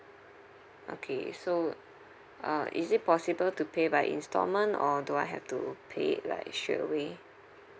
okay so uh is it possible to pay by instalment or do I have to pay like straight away